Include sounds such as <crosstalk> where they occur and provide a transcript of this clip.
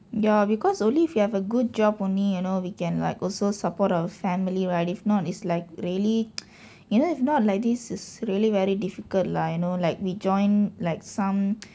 ya because only if you have a good job only you know we can like also support a family right if not is like really <noise> you know if not like this is really very difficult lah you know like we join like some <noise>